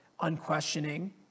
unquestioning